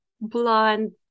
blonde